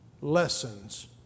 Lessons